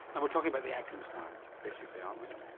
and we're talking about the atkins diet basically aren't we?